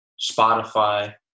Spotify